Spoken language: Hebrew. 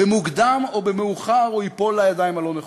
במוקדם או במאוחר הוא ייפול לידיים הלא-נכונות.